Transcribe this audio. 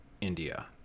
India